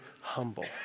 humble